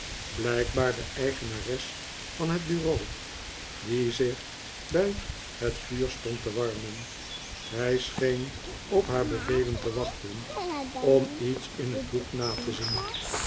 blijkbaar de eigenares van het bureau die zich bij het vuur stond te warmen hij scheen op naar bevelen te wachten om iets in het boek na te zien